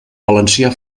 valencià